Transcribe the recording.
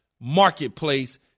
marketplace